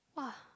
!wah!